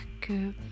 que